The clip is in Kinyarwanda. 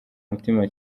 mutima